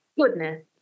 Goodness